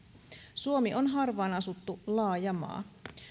suomi on harvaan asuttu laaja maa